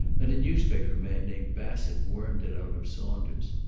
and a newspaper man named bassett wormed it out of saunders.